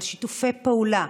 על שיתופי פעולה: